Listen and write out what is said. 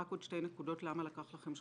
רק עוד שתי נקודות: למה לקחת לכם,